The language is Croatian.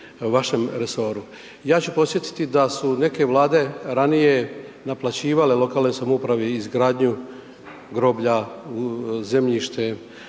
Ja ću podsjetiti da su neke vlade ranije naplaćivale lokalnoj samoupravi izgradnju groblja, zemljište,